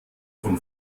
vom